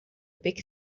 big